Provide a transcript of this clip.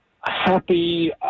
Happy